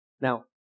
Now